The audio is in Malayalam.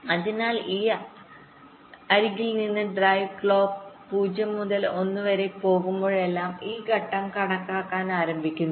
അതിനാൽ ഈ അരികിൽ നിന്ന് ഡ്രൈവ് ക്ലോക്ക് 0 മുതൽ 1 വരെ പോകുമ്പോഴെല്ലാം ഈ ഘട്ടം കണക്കാക്കാൻ ആരംഭിക്കുന്നു